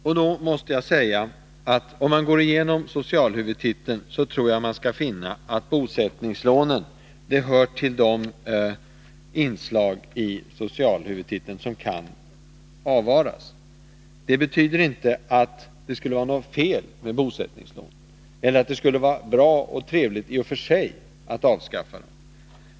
Om man går igenom socialhuvudtiteln tror jag man skall finna att bosättningslånen hör till de inslag i denna huvudtitel som kan avvaras. Det betyder inte att det skulle vara något fel med bosättningslånen eller att det i och för sig skulle vara bra och trevligt att avskaffa dem.